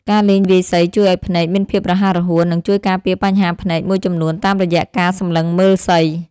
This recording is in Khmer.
ការលេងវាយសីជួយឱ្យភ្នែកមានភាពរហ័សរហួន និងជួយការពារបញ្ហាភ្នែកមួយចំនួនតាមរយៈការសម្លឹងមើលសី។